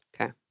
Okay